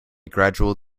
gradual